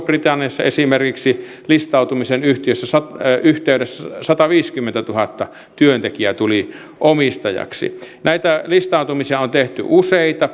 britanniassa esimerkiksi listautumisen yhteydessä sataviisikymmentätuhatta työntekijää tuli omistajiksi näitä listautumisia on tehty useita